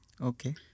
Okay